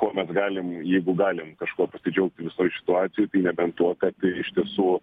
kuo mes galim jeigu galim kažkuo pasidžiaugti visoj situacijoj tai nebent tuo kad iš tiesų